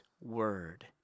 word